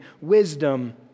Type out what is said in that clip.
wisdom